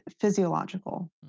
physiological